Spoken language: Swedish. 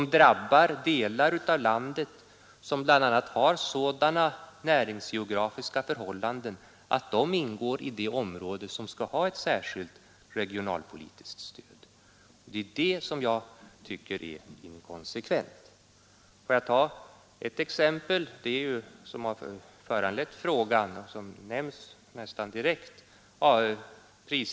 Det drabbar delar av landet som bl.a. har sådana näringsgeografiska förhållanden att de ingår i de områden som skall ha ett särskilt regionalpolitiskt stöd. Det är det jag tycker är inkonsekvent. Får jag ta ett exempel, nämligen det som föranlett frågan och som nämns nästan direkt i svaret.